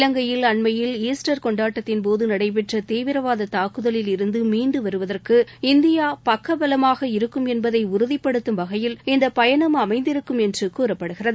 இலங்கையில் அண்மயில் ஈஸ்டர் கொண்டாட்டத்தின் போது நடைபெற்ற தீவிரவாத தாக்குதலில் இருந்து மீண்டு வருவதற்கு இந்தியா பக்கபலமாக இருக்கும் என்பதை உறுதிப்படுத்தும் வகையில் இந்த பயணம் அமைந்திருக்கும் என்று கூறப்படுகிறது